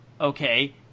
Okay